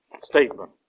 statement